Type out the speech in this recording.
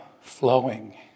flowing